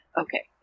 Okay